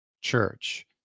church